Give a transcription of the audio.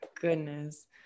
goodness